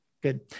Good